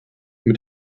mit